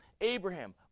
Abraham